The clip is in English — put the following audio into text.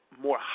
more